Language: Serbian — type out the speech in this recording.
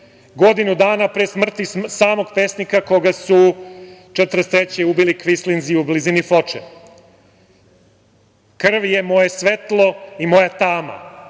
godinu dana pre smrti samog pesnika koga su 1943. godine ubili kvislinzi u blizini Foče. „ Krv je moje svetlo i moja tama,